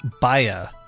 Baya